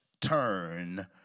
turn